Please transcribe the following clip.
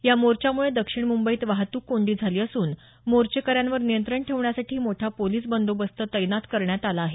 या मोर्चामुळे दक्षिण मुंबईत वाहतूक कोंडी झाली असून मोर्चेकऱ्यांवर नियंत्रण ठेवण्यासाठी मोठा पोलिस बंदोबस्त तैनात करण्यात आला आहे